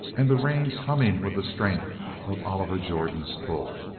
and the reins humming with the strength of oliver jordan's pull?